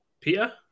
Peter